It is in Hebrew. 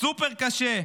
בסופר קשה,